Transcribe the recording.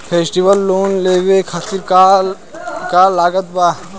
Festival loan लेवे खातिर का का लागत बा?